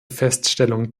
feststellung